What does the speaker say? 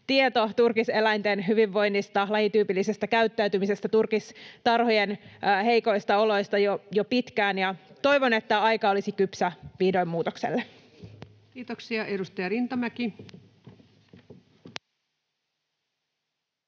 tieto turkiseläinten hyvinvoinnista, lajityypillisestä käyttäytymisestä ja turkistarhojen heikoista oloista jo pitkään, ja toivon, että aika olisi vihdoin kypsä muutokselle. [Speech 203] Speaker: